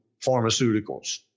pharmaceuticals